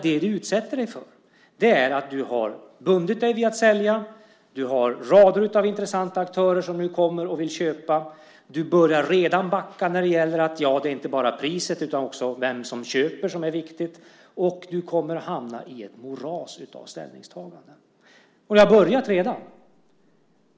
Det du utsätter dig för, Mats Odell, är att du bundit dig vid att sälja. Du har rader av intressanta aktörer som nu kommer och vill köpa. Du börjar redan backa när det gäller priset, att det viktiga inte bara är priset utan också vem som köper. Du kommer att hamna i ett moras av ställningstaganden. Ni har redan börjat.